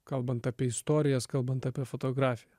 kalbant apie istorijas kalbant apie fotografiją